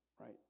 right